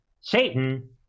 Satan